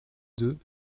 deux